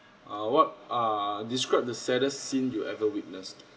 uh what are describe the saddest scene you ever witnessed